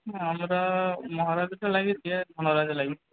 না দাদা মহারাজটা লাগিয়েছি আর লাগিয়েছি